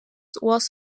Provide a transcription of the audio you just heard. was